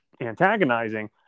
antagonizing